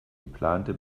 geplante